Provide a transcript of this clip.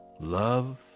love